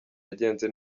yagenze